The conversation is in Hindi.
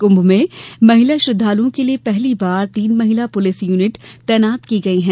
कृंभ में महिला श्रद्वालुओं के लिए पहली बार तीन महिला पुलिस यूनिट तैनात की गई हैं